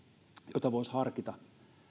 jota voisi harkita